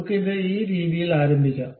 നമുക്ക് ഇത് ഈ രീതിയിൽ ആരംഭിക്കാം